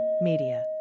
Media